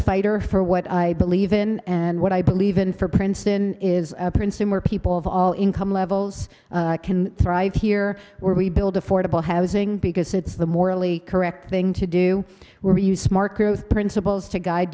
fighter for what i believe in and what i believe in for princeton is princeton where people of all income levels can thrive here where we build affordable housing because it's the morally correct thing to do were you smart growth principles to guide